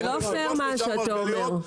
זה לא פייר מה שאתה אומר.